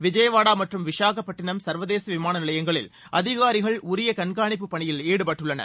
விஜயாவாடா மற்றும் விசாகப்பட்டினம் சர்வதேச விமான நிலையங்களில் அதிகாரிகள் உரிய கண்காணிப்பு பணியில் ஈடுபட்டுள்ளனர்